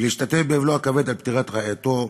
ולהשתתף באבלו הכבד על פטירת רעייתו,